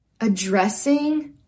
addressing